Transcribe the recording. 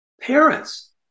Parents